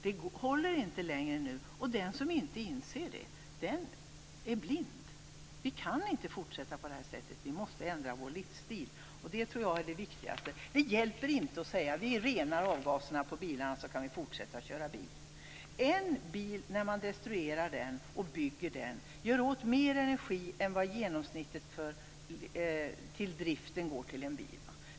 Det håller inte längre nu. Den som inte inser det är blind. Vi kan inte fortsätta på det här sättet. Vi måste ändra vår livsstil. Det tror jag är det viktigaste. Det hjälper inte att säga: Vi renar avgaserna på bilarna så kan vi fortsätta att köra bil. När man destruerar och bygger en enda bil går det åt mer energi än vad som genomsnittligt går åt för driften av en bil.